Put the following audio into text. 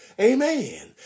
Amen